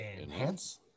Enhance